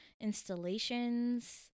installations